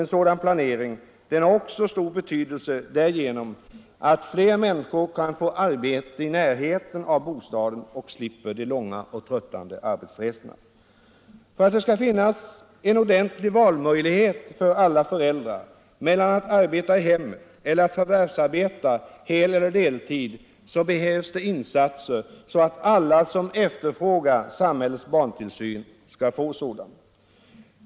En sådan planering har stor betydelse också därigenom att fler människor kan få arbete i närheten av bostaden och slipper de Ekonomiskt stöd åt långa och tröttande arbetsresorna. För att det skall finnas en ordentlig valmöjlighet för alla föräldrar när det gäller att arbeta i hemmet eller att förvärvsarbeta hel eller deltid behövs insatser så att alla som efterfrågar samhällets barntillsyn skall kunna få sådan.